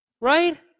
right